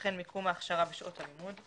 וכן מיקום ההכשרה ושעות הלימוד,